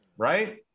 right